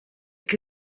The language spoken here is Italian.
che